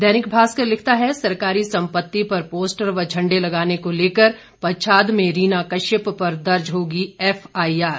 दैनिक भास्कर लिखता है सरकारी संपत्ति पर पोस्टर व झंडे लगाने को लेकर पच्छाद में रीना कश्यप पर दर्ज होगी एफआईआर